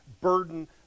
burden